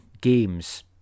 games